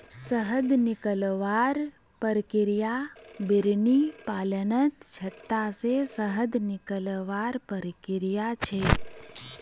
शहद निकलवार प्रक्रिया बिर्नि पालनत छत्ता से शहद निकलवार प्रक्रिया छे